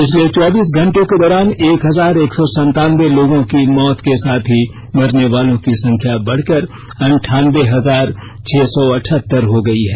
पिछले चौबीस घंटों के दौरान एक हजार एक सौ संतानबे लोगों की मौत के साथ ही मरने वालों की संख्या बढकर अंठानबे हजार छह सौ अठहत्तर हो गई है